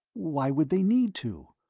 why would they need to?